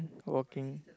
working